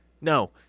No